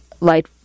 light